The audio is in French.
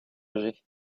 âgées